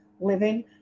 living